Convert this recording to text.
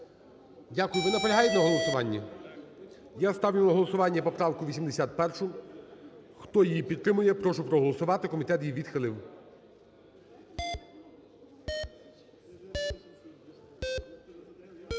Дякую. Ви наполягаєте на голосуванні? Я ставлю на голосування поправку 81. Хто її підтримує, прошу проголосувати. Комітет її відхилив.